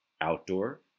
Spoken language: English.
Outdoor